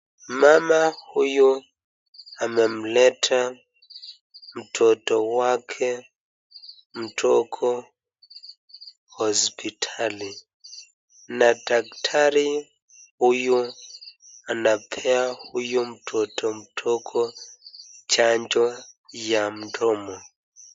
Mama huyu amemleta mtoto wake mdogo hospitali na daktari huyu anapea huyu mtoto mdogo chanjo ya mdomo.